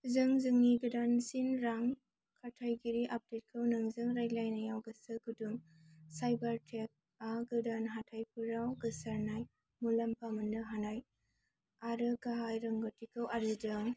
जों जोंनि गोदानसिन रां खाथायगिरि आपदेटखौ नोंजों रानलायनायाव गोसो गुदुं साइबरटेकआ गोदान हाथाइफोराव गोसारनाय मुलाम्फा मोननो हानाय आरो गाहाइ रोंग'थिखौ आरजिदों